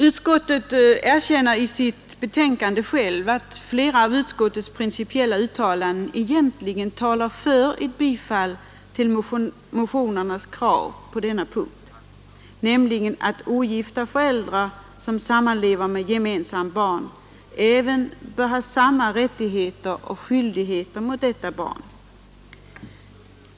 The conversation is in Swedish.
Utskottet erkänner i sitt betänkande att flera av dess principiella uttalanden egentligen talar för bifall till motionärernas krav i denna del, nämligen att ogifta föräldrar som sammanlever med gemensamt barn bör ha samma rättigheter och skyldigheter mot detta barn.